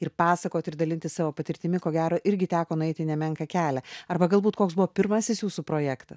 ir pasakoti ir dalintis savo patirtimi ko gero irgi teko nueiti nemenką kelią arba galbūt koks buvo pirmasis jūsų projektas